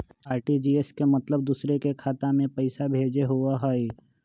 RTGS के मतलब दूसरे के खाता में पईसा भेजे होअ हई?